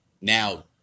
now